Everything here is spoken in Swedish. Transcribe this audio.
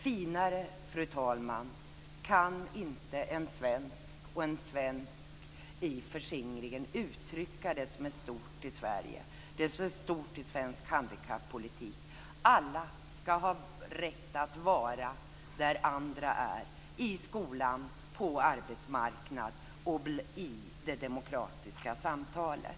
Finare, fru talman, kan inte en svensk, och en svensk i förskingringen, uttrycka det som är stort i Sverige och i svensk handikappolitik. Alla ska ha rätt att vara där andra är - i skolan, på arbetsmarknaden och i det demokratiska samtalet.